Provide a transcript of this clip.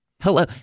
Hello